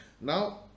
Now